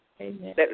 amen